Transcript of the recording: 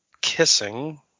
kissing